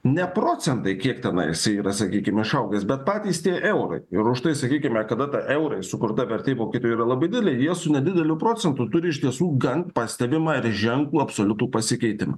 ne procentai kiek tenai jisai yra sakykime igaugęs bet patys tie eurai ir už tai sakykime kada ta eurais sukurta vertė vokietijoje yra labai didelė ir jie su nedideliu procentu turi iš tiesų gan pastebimą ir ženklų absoliutų pasikeitimą